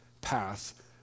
path